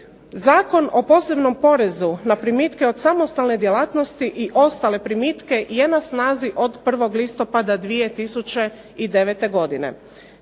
Zakon o posebnom porezu na primitke od samostalne djelatnosti i ostale primitke je na snazi od 1. listopada 2009. godine.